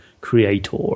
creator